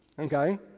okay